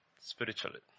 spiritually